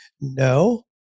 No